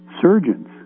surgeons